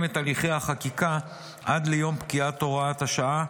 את הליכי החקיקה עד ליום פקיעת הוראת השעה,